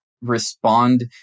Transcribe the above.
respond